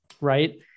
right